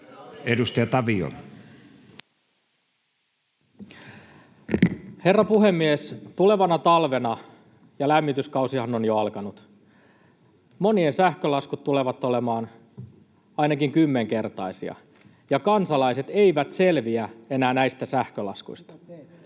Edustaja Tavio. Herra puhemies! Tulevana talvena — lämmityskausihan on jo alkanut — monien sähkölaskut tulevat olemaan ainakin kymmenkertaisia, ja kansalaiset eivät selviä enää näistä sähkölaskuista.